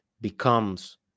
becomes